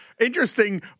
Interesting